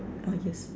ah yes